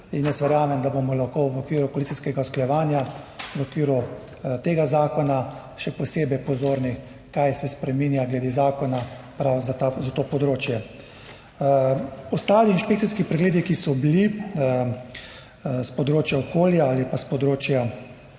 Jaz verjamem, da bomo lahko v okviru koalicijskega usklajevanja, v okviru tega zakona, še posebej pozorni, kaj se spreminja glede zakona prav za to področje. Ostali inšpekcijski pregledi, ki so bili s področja okolja ali pa s področja